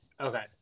Okay